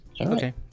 Okay